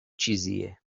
چیزیه